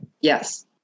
Yes